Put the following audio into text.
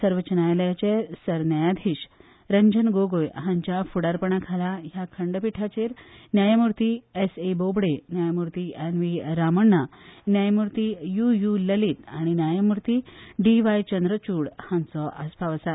सर्वोच्च न्यायालयाचे सरन्यायाधीश रंजन गोगोय हांच्या फुडारपणा खाला ह्या खंडपिठाचेर न्यायमूर्ती एसए बोबडे न्यायमुर्ती एनव्ही रामण्णा न्या युयु ललीत आनी न्या डीव्हाय चंद्रचूड हांचो आसपाव आसा